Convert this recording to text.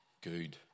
good